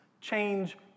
change